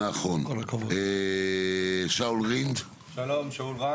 נכון, נכון, שאול רינד קצר.